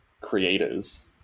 creators